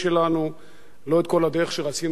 לא את כל הדרך שרצינו ללכת הלכנו,